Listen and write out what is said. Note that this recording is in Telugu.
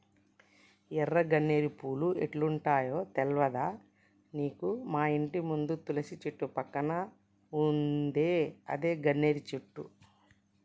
ఎర్ర గన్నేరు పూలు ఎట్లుంటయో తెల్వదా నీకు మాఇంటి ముందు తులసి చెట్టు పక్కన ఉందే అదే గన్నేరు చెట్టు